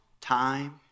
time